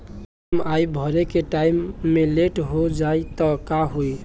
EMI भरे के time मे लेट हो जायी त का होई?